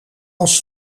als